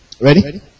Ready